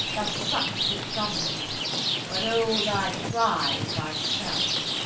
thou suck'dst it from me but owe thy pride thyself.